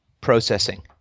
processing